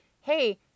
hey